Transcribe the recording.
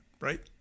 right